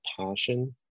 passion